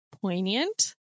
poignant